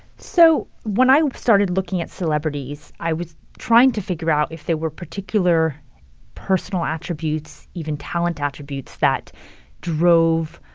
so when i started looking at celebrities, i was trying to figure out if there were particular personal attributes, even talent attributes that drove,